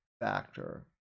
factor